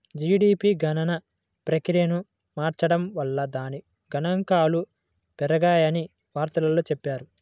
GDP గణన ప్రక్రియను మార్చడం వల్ల దాని గణాంకాలు పెరిగాయని వార్తల్లో చెప్పారు